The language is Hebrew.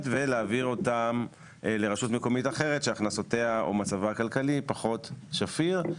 ולהעביר אותן לרשות מקומית אחרת שהכנסותיה או מצבה הכלכלי פחות שפיר.